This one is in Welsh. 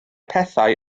pethau